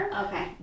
Okay